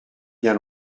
bien